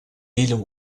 îles